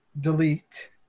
delete